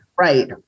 right